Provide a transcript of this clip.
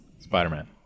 Spider-Man